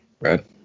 Right